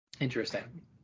Interesting